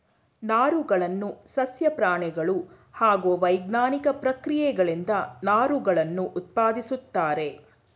ನಾರುಗಳನ್ನು ಸಸ್ಯ ಪ್ರಾಣಿಗಳು ಹಾಗೂ ವೈಜ್ಞಾನಿಕ ಪ್ರಕ್ರಿಯೆಗಳಿಂದ ನಾರುಗಳನ್ನು ಉತ್ಪಾದಿಸುತ್ತಾರೆ